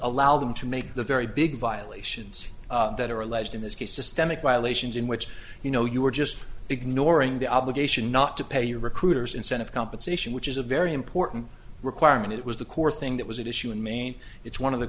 allow them to make the very big violations that are alleged in this case systemic violations in which you know you were just ignoring the obligation not to pay recruiters incentive compensation which is a very important requirement it was the core thing that was an issue in maine it's one of the